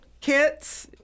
kits